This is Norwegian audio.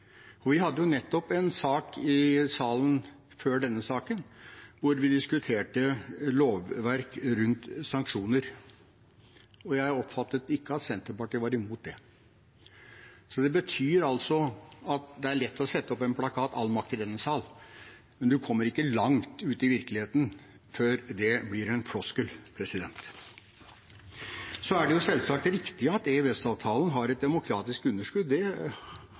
Vi hadde nettopp en sak her i salen der vi diskuterte lovverk rundt sanksjoner, og jeg oppfattet ikke at Senterpartiet var imot det. Det betyr altså at det er lett å sette opp en plakat med «All makt i denne sal», men en kommer ikke langt ut i virkeligheten før det blir en floskel. Det er selvsagt riktig at EØS-avtalen har et demokratisk underskudd, det